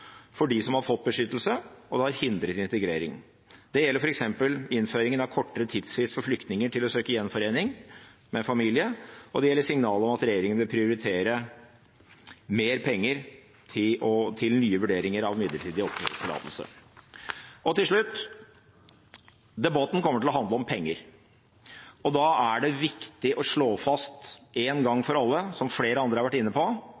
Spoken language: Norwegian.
for dem som har fått beskyttelse, og det har hindret integrering. Det gjelder f.eks. innføringen av kortere tidsfrist for flyktninger til å søke gjenforening med familie, og det gjelder signalet om at regjeringen vil prioritere mer penger til nye vurderinger av midlertidig oppholdstillatelse. Til slutt: Debatten kommer til å handle om penger. Da er det viktig å slå fast en gang for alle, som flere andre har vært inne på: